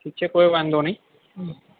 ઠીક છે કોઈ વાંધો નહીં